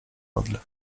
odlew